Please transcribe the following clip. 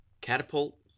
catapult